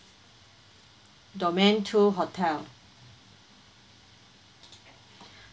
domain two hotel